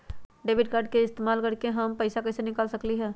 Debit card के इस्तेमाल करके हम पैईसा कईसे निकाल सकलि ह?